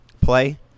play